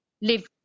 live